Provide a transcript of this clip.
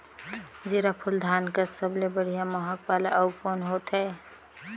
जीराफुल धान कस सबले बढ़िया महक वाला अउ कोन होथै?